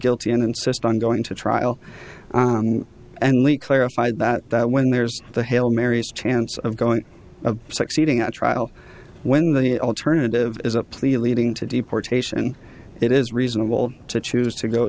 guilty and insist on going to trial and lee clarified that that when there's the hail mary's chance of going of succeeding at trial when the alternative is a pleading to deportation it is reasonable to choose to go